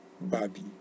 Barbie